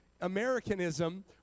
Americanism